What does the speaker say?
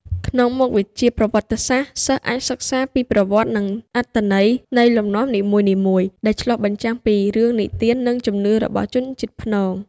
ក្នុងមុខវិជ្ជាប្រវត្តិសាស្ត្រ សិស្សអាចសិក្សាពីប្រវត្តិនិងអត្ថន័យនៃលំនាំនីមួយៗ ដែលឆ្លុះបញ្ចាំងពីរឿងនិទាននិងជំនឿរបស់ជនជាតិព្នង។